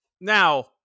Now